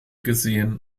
gesehen